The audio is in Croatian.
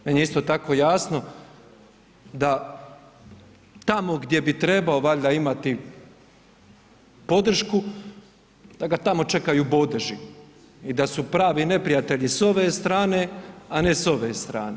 Meni je isto tako jasno da tamo gdje bi trebao valjda imati podršku da ga tamo čekaju bodeži i da su pravi neprijatelji s ove strane, a ne s ove strane.